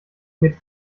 geht